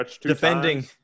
defending